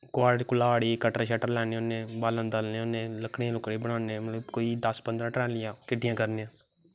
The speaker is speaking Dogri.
कुल्हाड़ी कट्टर कुट्टर लैन्नें होंन्ने आं बाल्लन दलनें होनें आं लकड़ी लुकड़ी लैन्नें होन्नें आं कोई दस पंदरां ट्रालियां किट्ठियां करनें होन्नें आं